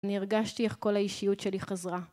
אני הרגשתי איך כל האישיות שלי חזרה.